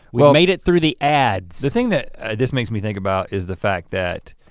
we've made it through the ads. the thing that this makes me think about is the fact that